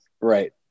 right